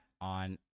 on